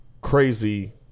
crazy